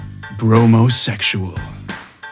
Bromosexual